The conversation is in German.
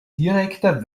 direkter